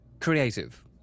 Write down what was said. creative